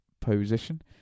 position